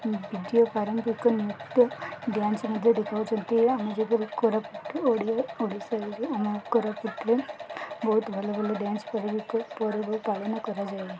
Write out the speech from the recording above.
video ପାରମ୍ପିକ ନୃତ୍ୟ dance ମଧ୍ୟ ଦେଖାଉଛନ୍ତି ଆମ ଯେବେ କୋରାପୁଟ ଓଡ଼ିଆ ଓଡ଼ିଶାରେ ଆମ କୋରାପୁଟରେ ବହୁତ ଭଲ ଭଲ ଡ୍ୟାନ୍ସ କରିବି କ ପରେ ବି ପାଳନ କରାଯାଏ